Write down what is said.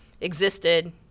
existed